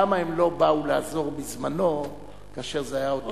למה הם לא באו לעזור בזמנו כאשר זה היה עוד,